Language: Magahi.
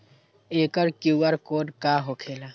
एकर कियु.आर कोड का होकेला?